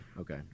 Okay